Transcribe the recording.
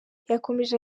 yakomeje